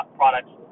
products